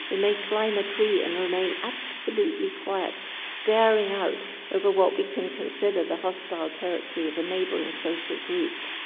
they may climb a tree and remain absolutely quiet, staring out over what we can consider the hostile territory of a neighbouring social group.